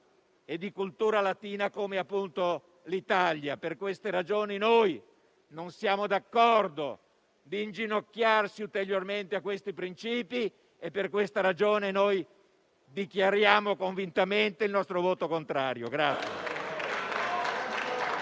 e di cultura latina come l'Italia. Per queste ragioni noi non siamo d'accordo a inginocchiarci ulteriormente a questi principi e per tale ragione dichiariamo convintamente il nostro voto contrario.